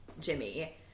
Jimmy